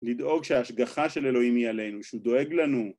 לדאוג שההשגחה של אלוהים היא עלינו, שהוא דואג לנו.